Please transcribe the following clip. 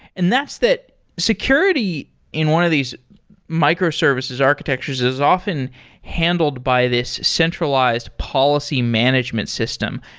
and that's that security in one of these microservices architectures is often handled by this centralized policy management system.